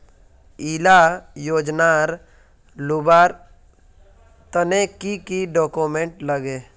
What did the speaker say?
इला योजनार लुबार तने की की डॉक्यूमेंट लगे?